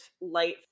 light